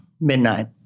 midnight